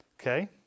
Okay